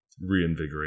reinvigorate